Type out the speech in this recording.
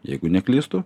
jeigu neklystu